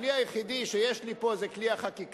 הכלי היחידי שיש לי פה זה כלי החקיקה.